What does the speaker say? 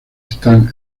están